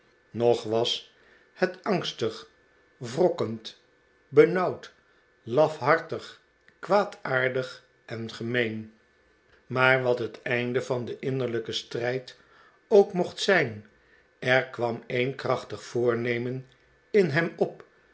nog was het angstig wrokkend benauwd lafhartig kwaadaardig en gemeen maar wat het einde van den innerlijken strijd ook mocht zijn er kwam een krachtig voornemen in hem op